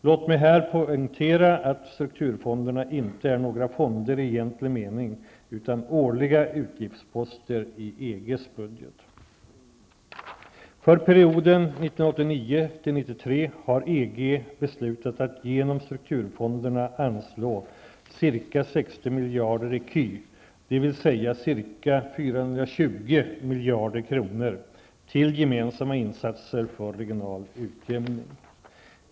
Låt mig här poängtera att strukturfonderna inte är några fonder i egentlig mening utan årliga utgiftsposter i EGs budget. För perioden 1989--1993 har EG beslutat att genom strukturfonderna anslå ca 60 miljarder ECU, dvs. ca 420 miljarder kronor, till gemensamma insatser för regional utjämning.